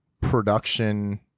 production